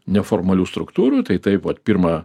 neformalių struktūrų tai taip vat pirmą